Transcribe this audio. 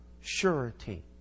surety